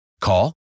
Call